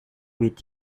with